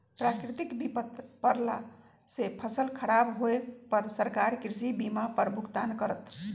प्राकृतिक विपत परला से फसल खराब होय पर सरकार कृषि बीमा पर भुगतान करत